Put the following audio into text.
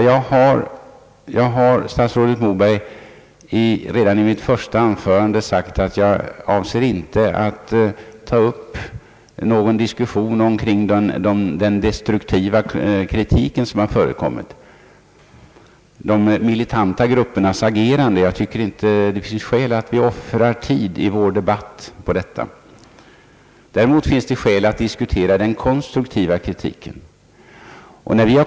Jag har redan i mitt första anförande sagt att jag inte vill ta upp någon diskussion om den destruktiva kritik som förekommit. Det finns inte något skäl att i vår debatt offra tid på de militanta gruppernas agerande. Det finns däremot skäl att diskutera den konstruktiva kritiken.